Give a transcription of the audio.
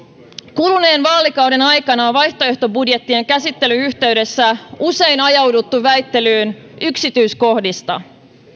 kuluneen vaalikauden aikana on vaihtoehtobudjettien käsittelyn yhteydessä usein ajauduttu väittelyyn yksityiskohdista